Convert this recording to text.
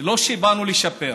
לא באנו לשפר.